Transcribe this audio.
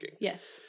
Yes